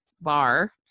bar